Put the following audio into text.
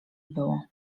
było